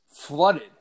flooded